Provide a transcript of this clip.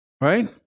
Right